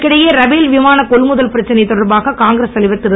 இதற்கிடையில் ரபேல் விமானக் கொள்முதல் பிரச்சனை தொடர்பாக காங்கிரஸ் தலைவர் திரு